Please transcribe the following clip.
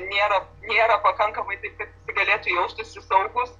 nėra nėra pakankamai taip kad visi galėtų jaustųsi saugūs